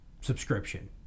Subscription